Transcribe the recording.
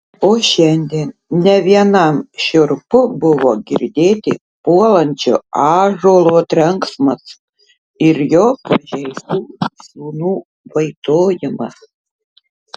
o šiandien ne vienam šiurpu buvo girdėti puolančio ąžuolo trenksmas ir jo pažeistų sūnų vaitojimas